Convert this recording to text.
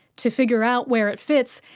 to figure out where it fits,